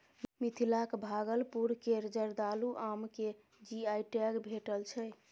मिथिलाक भागलपुर केर जर्दालु आम केँ जी.आई टैग भेटल छै